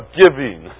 giving